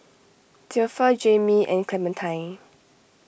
Zilpha Jaimie and Clementine